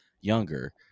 younger